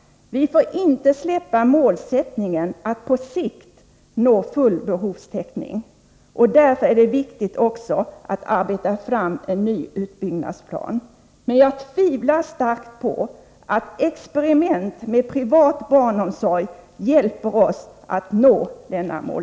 Vi får inte släppa målsättningen att på sikt nå full behovstäckning. Därför är det också viktigt att arbeta fram en ny utbyggnadsplan. Jag tvivlar starkt på att experiment med privat barnomsorg hjälper oss att uppnå detta mål.